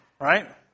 right